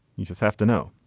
you just have to know.